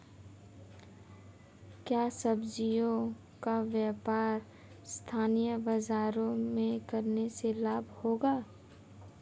क्या सब्ज़ियों का व्यापार स्थानीय बाज़ारों में करने से लाभ होगा?